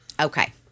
Okay